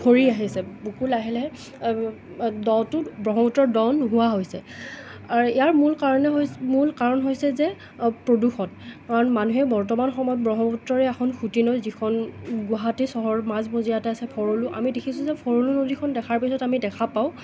ভৰি আহিছে বুকু লাহে লাহে দটো ব্ৰহ্মপুত্ৰৰ দ নোহোৱা হৈছে আৰু ইয়াৰ মূল কাৰণে হৈছে মূল কাৰণ হৈছে যে প্ৰদূষণ মানুহে বৰ্তমান সময়ত ব্ৰহ্মপুত্ৰৰে এখন সূঁতি নৈ যিখন গুৱাহাটী চহৰৰ মাজমজিয়াতে আছে ভৰলু আমি দেখিছোঁ যে ভৰলু নদীখন দেখাৰ পিছত আমি দেখা পাওঁ